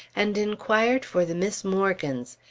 and inquired for the miss morgans,